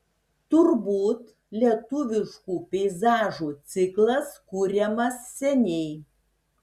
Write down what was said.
turbūt lietuviškų peizažų ciklas kuriamas seniai